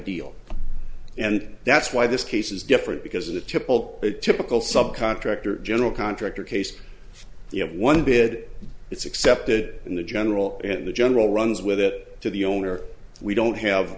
deal and that's why this case is different because in the typical a typical subcontractor general contractor case you have one bid it's accepted in the general and the general runs with it to the owner we don't have